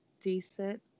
decent